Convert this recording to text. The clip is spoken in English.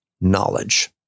knowledge